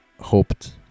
hoped